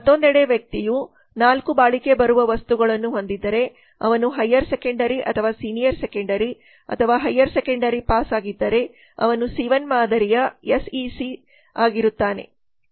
ಮತ್ತೊಂದೆಡೆ ವ್ಯಕ್ತಿಯು 4 ಬಾಳಿಕೆ ಬರುವ ವಸ್ತುಗಳನ್ನು ಹೊಂದಿದ್ದರೆ ಮತ್ತು ಅವನು ಹೈಯರ್ ಸೆಕೆಂಡರಿ ಅಥವಾ ಸೀನಿಯರ್ ಸೆಕೆಂಡರಿ ಅಥವಾ ಹೈಯರ್ ಸೆಕೆಂಡರಿ ಪಾಸ್ ಆಗಿದ್ದರೆ ಅವನು ಸಿ 1 ಮಾದರಿಯ ಎಸ್ಇಸಿ ಆಗಿರುತ್ತಾನೆ